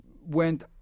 went